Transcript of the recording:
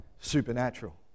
supernatural